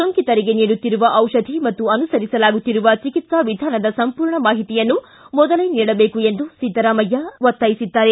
ಸೋಂಕಿತರಿಗೆ ನೀಡುತ್ತಿರುವ ದಿಪಧಿ ಮತ್ತು ಅನುಸರಿಸಲಾಗುತ್ತಿರುವ ಚಿಕಿತ್ಸಾ ವಿಧಾನದದ ಸಂಪೂರ್ಣ ಮಾಹಿತಿಯನ್ನು ಮೊದಲೇ ನೀಡಬೇಕು ಎಂದು ಸಿದ್ದರಾಮಯ್ಯ ಆಗ್ರಹಿಸಿದ್ದಾರೆ